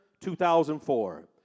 2004